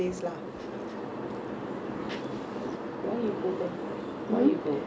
I go there because there the நம்ம மீசை அண்ணா வீட்டுல வந்து அவங்க:namma meesai anna veetula vanthu avangga wife இருந்தாங்க:irunthaangga